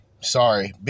Sorry